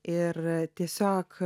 ir tiesiog